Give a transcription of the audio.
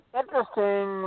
interesting